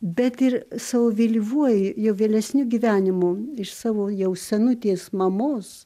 bet ir savo vėlyvuoju jau vėlesniu gyvenimu iš savo jau senutės mamos